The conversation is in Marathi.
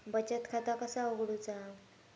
बचत खाता कसा उघडूचा?